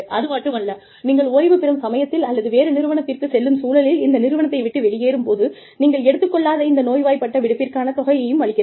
அது மட்டுமல்ல நீங்கள் ஓய்வு பெறும் சமயத்தில் அல்லது வேறு நிறுவனத்திற்கு செல்லும் சூழலில் இந்த நிறுவனத்தை விட்டு வெளியேறும் போது நீங்கள் எடுத்துக் கொள்ளாத இந்த நோய்வாய்ப்பட்ட விடுப்பிற்கான தொகையையும் அளிக்கிறது